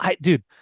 Dude